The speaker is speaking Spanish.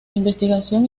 investigación